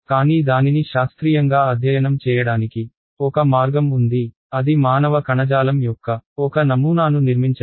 కానీ దానిని శాస్త్రీయంగా అధ్యయనం చేయడానికి ఒక మార్గం ఉంది అది మానవ కణజాలం యొక్క ఒక నమూనాను నిర్మించడం